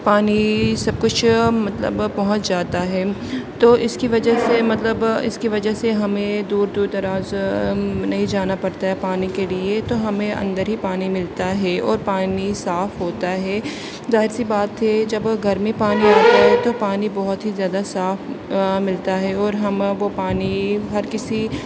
پانی سب کچھ مطلب پہنچ جاتا ہے تو اس کی وجہ سے مطلب اس کی وجہ سے ہمیں دور دور دراز نہیں جانا پڑتا ہے پانی کے لیے تو ہمیں اندر ہی پانی ملتا ہے اور پانی صاف ہوتا ہے ظاہر سی بات ہے جب گھر میں پانی آتا ہے تو پانی بہت ہی زیادہ صاف ملتا ہے اور ہم وہ پانی ہر کسی